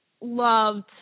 loved